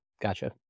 Gotcha